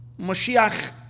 Mashiach